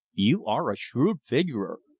you are a shrewd figurer,